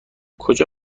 کجا